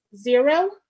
zero